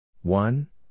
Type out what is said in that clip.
One